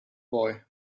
boy